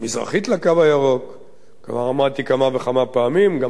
כבר אמרתי כמה פעמים, גם כאן בכנסת,